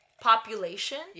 population